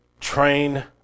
train